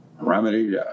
remedy